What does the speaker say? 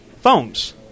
phones